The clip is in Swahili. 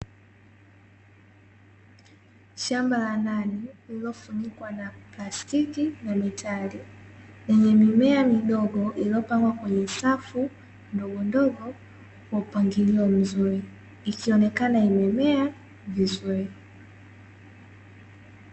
Shamba la ndani lililofunikwa na plastiki na mitali lenye mimea midogo iliyopangwa kwenye safu ndogo ndogo kwa mpangilio mzuri ikionekana imemea vizuri.